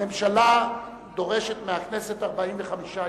הממשלה דורשת מהכנסת 45 יום.